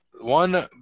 One